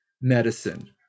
Medicine